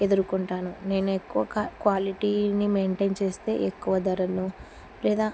ఎదుర్కొంటాను నేను ఎక్కువ క్వాలిటీని మెయింటైన్ చేస్తే ఎక్కువ ధరలు లేదా